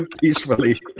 peacefully